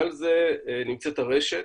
מעל זה נמצאת הרשת,